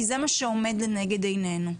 כי זה מה שעומד לנגד עינינו.